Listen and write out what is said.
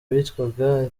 witwaga